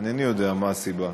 אינני יודע מה הסיבה.